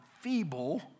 feeble